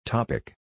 Topic